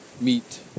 meet